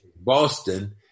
Boston